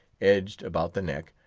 edged, about the neck,